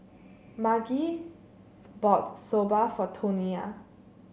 Margie bought Soba for Tonia